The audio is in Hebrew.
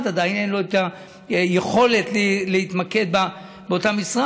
עדיין אין לו היכולת להתמקד באותה משרה.